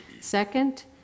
Second